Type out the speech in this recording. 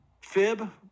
fib